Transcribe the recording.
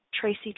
Tracy